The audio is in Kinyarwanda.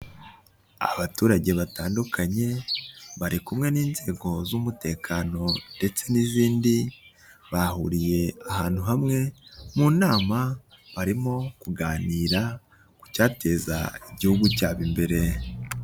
Abaturage batandukanye bari kumwe n'inzego z'umutekano ndetse n'izindi, bahuriye ahantu hamwe mu nama barimo kuganira ku cyateza igihugu cyabo imbere.